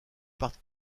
partie